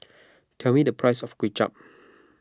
tell me the price of Kuay Chap